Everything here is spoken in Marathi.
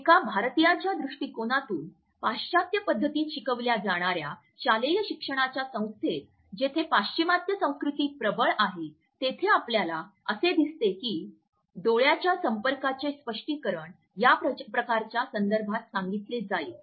एका भारतीयाच्या दृष्टीकोनातून पाश्चात्य पध्दतीत शिकविल्या जाणार्या शालेय शिक्षणाच्या संस्थेत जेथे पाश्चिमात्य संस्कृती प्रबळ आहे तेथे आपल्याला असे दिसते की डोळ्याच्या संपर्काचे स्पष्टीकरण या प्रकारच्या संदर्भात सांगितले जाईल